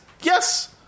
yes